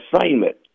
assignment